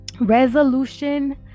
resolution